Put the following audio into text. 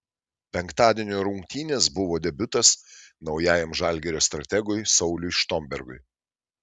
penktadienio rungtynės buvo debiutas naujajam žalgirio strategui sauliui štombergui